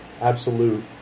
absolute